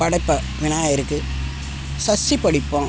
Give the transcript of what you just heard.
படைப்போம் விநாயகருக்கு சஷ்டி படைப்போம்